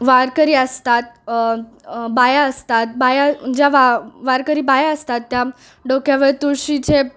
वारकरी असतात बाया असतात बाया ज्या वा वारकरी बाया असतात त्या डोक्यावर तुळशीचे